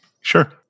Sure